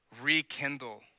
rekindle